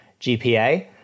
GPA